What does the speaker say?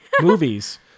movies